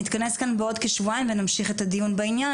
נתכנס כאן בעוד כשבועיים ונמשיך את הדיון בענין.